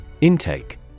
intake